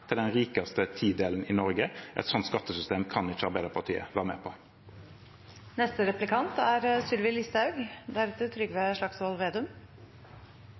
til den rikeste tidelen i Norge. Et sånt skattesystem kan ikke Arbeiderpartiet være med